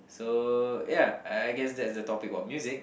so ya I guess that's the topic about music